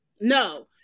no